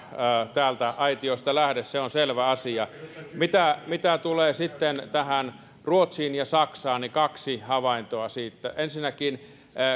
täältä aitiosta lähde se on selvä asia mitä mitä tulee sitten ruotsiin ja saksaan niin kaksi havaintoa siitä ensinnäkin